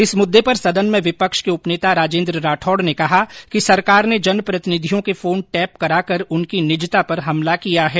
इस मूद्दे पर सदन में विपक्ष के उप नेता राजेन्द्र राठौड ने कहा कि सरकार ने जनप्रतिनिधियों के फोन टेप करा कर उनकी निजता पर हमला किया है